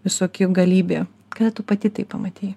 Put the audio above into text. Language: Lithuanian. visokių galybė kada tu pati tai pamatei